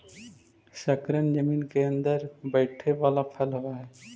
शकरकन जमीन केअंदर बईथे बला फल होब हई